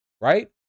right